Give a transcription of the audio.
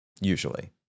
usually